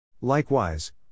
Likewise